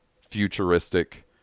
futuristic